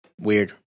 Weird